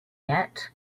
yet